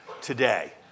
today